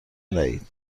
دهید